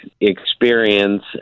experience